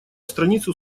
страницу